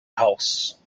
house